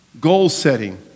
goal-setting